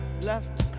left